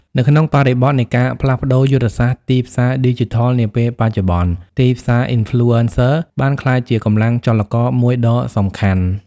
នៅក្នុងបរិបទនៃការផ្លាស់ប្ដូរយុទ្ធសាស្ត្រទីផ្សារឌីជីថលនាពេលបច្ចុប្បន្ន ទីផ្សារ Influencer បានក្លាយជាកម្លាំងចលករមួយដ៏សំខាន់។